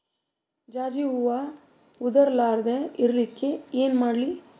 ಜಾಜಿ ಹೂವ ಉದರ್ ಲಾರದ ಇರಲಿಕ್ಕಿ ಏನ ಮಾಡ್ಲಿ?